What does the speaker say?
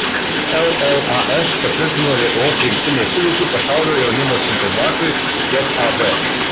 llaf patvirtino lietuvos rinktinės sudėtį pasaulio jaunimo čempionatui jav